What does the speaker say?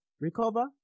recover